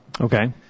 Okay